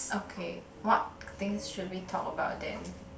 okay what things should we talk about then